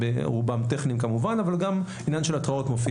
רובם כמובן טכניים אבל מופיע בו גם עניין של התראות.